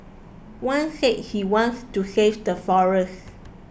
one said he wanted to save the forests